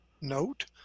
note